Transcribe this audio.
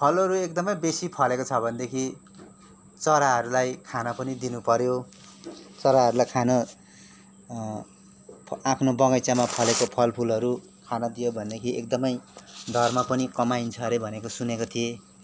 फलहरू एकदमै बेसी फलेको छ भनेदेखि चराहरूलाई खान पनि दिनु पऱ्यो चराहरूलाई खान आफ्नो बगैँचामा फलेको फलफुलहरू खान दियो भनेदेखि एकदमै धर्म पनि कमाइन्छ अरे भनेको सुनेको थिएँ